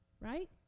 right